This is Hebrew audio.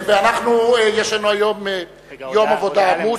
יש לנו היום יום עבודה עמוס,